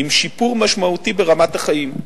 עם שיפור משמעותי ברמת החיים,